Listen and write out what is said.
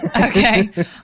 Okay